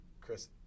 Chris